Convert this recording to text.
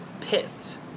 pits